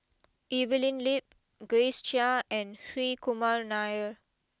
Evelyn Lip Grace Chia and Hri Kumar Nair